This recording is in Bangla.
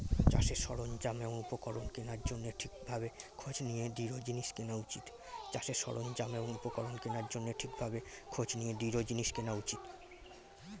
চাষের সরঞ্জাম এবং উপকরণ কেনার জন্যে ঠিক ভাবে খোঁজ নিয়ে দৃঢ় জিনিস কেনা উচিত